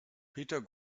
peter